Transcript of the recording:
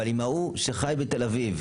אבל עם ההוא שחיי בתל אביב,